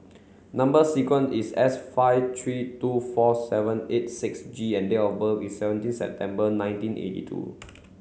number sequence is S five three two four seven eight six G and date of birth is seventeen September nineteen eighty two